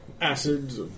acids